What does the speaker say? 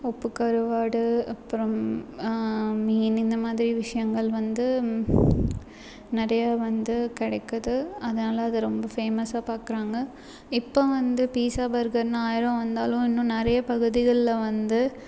உப்பு கருவாடு அப்புறம் மீன் இந்த மாதிரி விஷயங்கள் வந்து நிறைய வந்து கிடைக்குது அதனால் அது ரொம்ப ஃபேமஸாக பார்க்கறாங்க இப்போ வந்து பீஸா பர்கர்னு ஆயிரம் வந்தாலும் இன்னும் நிறைய பகுதிகளில் வந்து